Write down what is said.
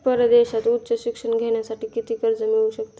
परदेशात उच्च शिक्षण घेण्यासाठी किती कर्ज मिळू शकते?